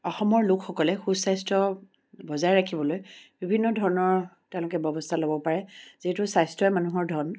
অসমৰ লোকসকলে সুস্বাস্থ্য বজাই ৰাখিবলৈ বিভিন্ন ধৰণৰ তেওঁলোকে ব্যৱস্থা ল'ব পাৰে যিহেতু স্বাস্থ্যই মানুহৰ ধন